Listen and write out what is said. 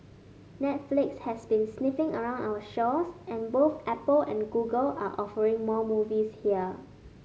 Netflix has been sniffing around our shores and both Apple and Google are offering more movies here